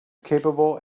capable